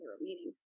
meetings